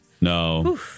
No